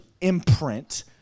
imprint